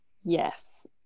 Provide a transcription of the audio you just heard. yes